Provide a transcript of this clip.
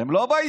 הם לא בעסקה.